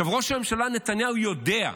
עכשיו, ראש הממשלה נתניהו יודע,